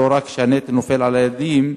לא רק שהנטל נופל על הילדים,